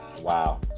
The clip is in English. Wow